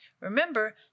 Remember